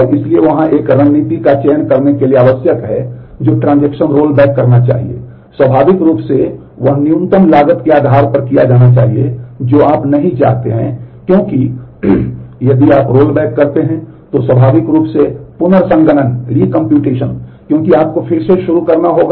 और इसलिए वहाँ एक रणनीति का चयन करने के लिए आवश्यक है जो ट्रांजेक्शन को फिर से करना होगा